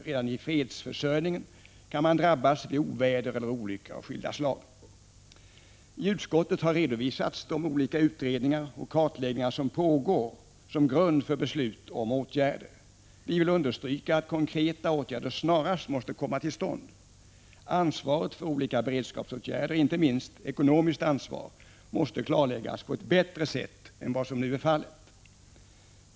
Redan fredsförsörjningen kan drabbas vid oväder eller olyckor av skilda slag. I utskottet har redovisats de olika utredningar och kartläggningar som pågår för att ligga till grund för beslut om åtgärder. Vi vill understryka att konkreta åtgärder snarast måste komma till stånd. Ansvaret för olika beredskapsåtgärder, inte minst ekonomiskt ansvar, måste klarläggas på ett bättre sätt än vad nu är fallet.